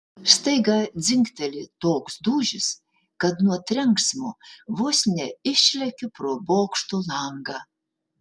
staiga dzingteli toks dūžis kad nuo trenksmo vos neišlekiu pro bokšto langą